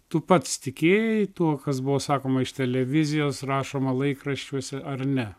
tu pats tikėjai tuo kas buvo sakoma iš televizijos rašoma laikraščiuose ar ne